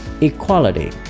Equality